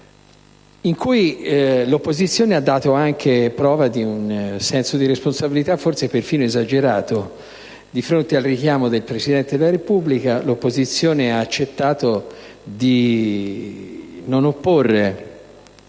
quali l'opposizione ha dato anche prova di un senso di responsabilità forse perfino esagerato: di fronte al richiamo del Presidente della Repubblica l'opposizione ha accettato di non opporre